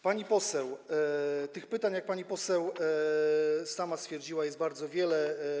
Pani poseł, tych pytań, jak pani poseł sama stwierdziła, jest bardzo wiele.